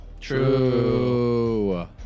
True